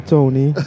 Tony